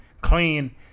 clean